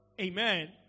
Amen